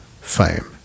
fame